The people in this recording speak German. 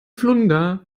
flunder